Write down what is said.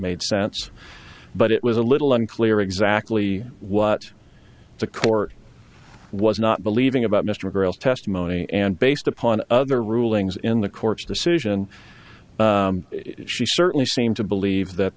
made sense but it was a little unclear exactly what the court was not believing about mr grail testimony and based upon other rulings in the court's decision she certainly seemed to believe that